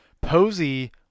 Posey